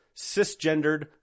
cisgendered